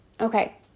Okay